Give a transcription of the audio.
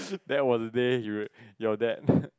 that was day you were your dad